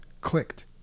clicked